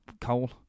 coal